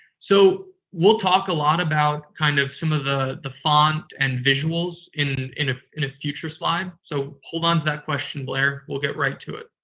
so, we'll talk a lot about kind of some of the the font and visuals in in ah a future slide. so, hold on to that question, blair. we'll get right to it.